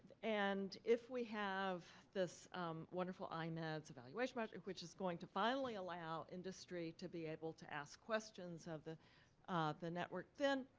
and if we have this wonderful imeds-evaluation but which is going to finally allow industry to be able to ask questions of the the network then